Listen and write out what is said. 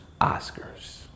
Oscars